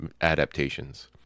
adaptations